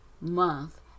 month